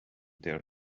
their